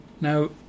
Now